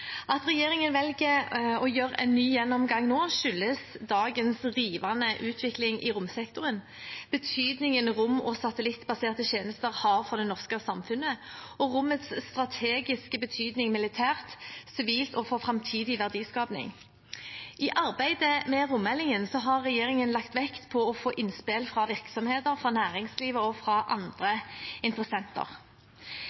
At regjeringen velger å gjøre en ny gjennomgang nå, skyldes dagens rivende utvikling i romsektoren, betydningen rom- og satellittbaserte tjenester har for det norske samfunnet og rommets strategiske betydning militært, sivilt og for framtidig verdiskaping. I arbeidet med rommeldingen har regjeringen lagt vekt på å få innspill fra virksomheter, fra næringslivet og fra andre